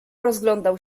rozglądał